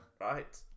Right